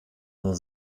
nur